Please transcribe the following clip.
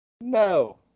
No